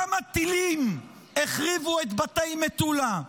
כמה טילים החריבו את בתי מטולה?